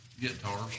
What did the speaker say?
guitars